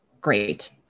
Great